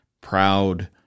proud